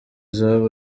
izabo